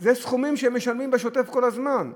זה סכומים שמשלמים בשוטף כל הזמן.